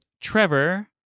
Trevor